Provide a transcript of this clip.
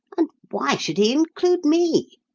and why should he include me?